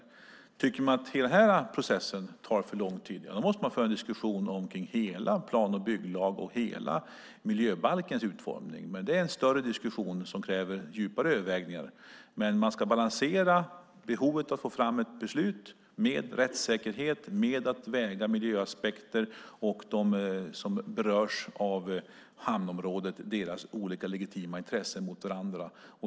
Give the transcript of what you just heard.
Om man tycker att den här processen tar för lång tid måste man i så fall föra en diskussion om hela plan och bygglagens och hela miljöbalkens utformning. Det är dock en större diskussion som kräver djupare övervägningar. Man måste balansera behovet av att få fram ett beslut med rättssäkerhet, och att väga miljöaspekter och de som berörs av hamnområdet, deras olika legitima intressen, mot varandra.